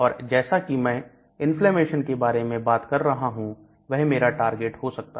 और जैसा कि मैं इन्फ्लेमेशन के बारे में बात कर रहा हूं वह मेरा टारगेट हो सकता है